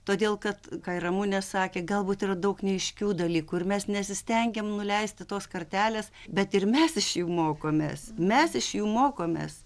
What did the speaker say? todėl kad ką ir ramunė sakė galbūt yra daug neaiškių dalykų ir mes nesistengiam nuleisti tos kartelės bet ir mes iš jų mokomės mes iš jų mokomės